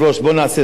כבוד השר,